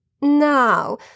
Now